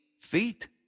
Feet